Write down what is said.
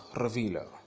Revealer